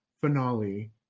finale